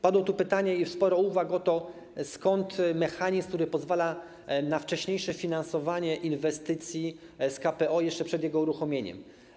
Padło tu pytanie o to, i sporo uwag, skąd mechanizm, który pozwala na wcześniejsze finansowanie inwestycji z KPO jeszcze przed jego uruchomieniem.